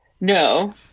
No